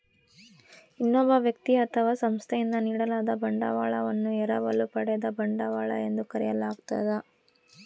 ಇನ್ನೊಬ್ಬ ವ್ಯಕ್ತಿ ಅಥವಾ ಸಂಸ್ಥೆಯಿಂದ ನೀಡಲಾದ ಬಂಡವಾಳವನ್ನು ಎರವಲು ಪಡೆದ ಬಂಡವಾಳ ಎಂದು ಕರೆಯಲಾಗ್ತದ